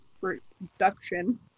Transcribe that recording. production